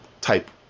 type